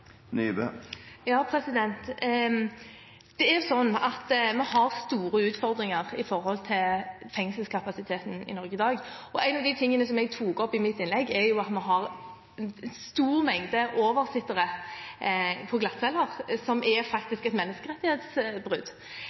Vi har store utfordringer med fengselskapasiteten i Norge i dag. En av de tingene som jeg tok opp i mitt innlegg, er at vi har en stor mengde oversittere på glattcelle, noe som faktisk er et menneskerettighetsbrudd.